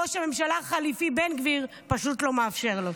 ראש הממשלה החליפי בן גביר פשוט לא מאפשר לו.